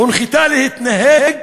הונחתה להתנהג